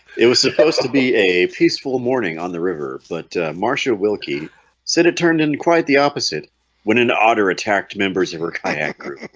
it was supposed to be a peaceful morning on the river but marsha wilkie said it turned in quite the opposite when an otter attacked members of her kayaker